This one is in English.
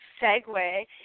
segue